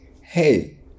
hey